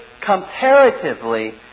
comparatively